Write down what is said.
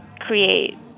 create